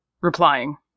replying